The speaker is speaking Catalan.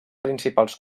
principals